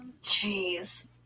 jeez